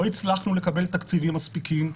לא הצלחנו לקבל תקציבים מספיקים.